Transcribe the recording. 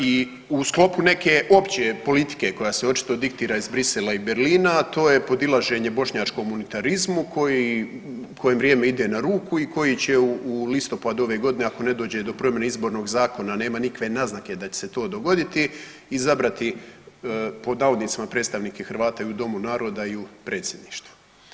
I u sklopu neke opće politike koja se očito diktira iz Brisela i Berlina, a to je podilaženje bošnjačkom unitarizmu kojem vrijeme ide na ruku i koji će u listopadu ove godine ako ne dođe do promjene Izbornog zakona, a nema nikakve naznake da će se to dogoditi, izabrati pod navodnicima predstavnike Hrvata i u Domu naroda i u predsjedništvu.